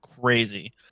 crazy